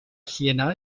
siena